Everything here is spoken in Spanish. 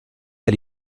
del